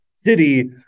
city